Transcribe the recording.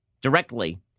directly